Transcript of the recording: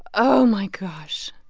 oh, my gosh.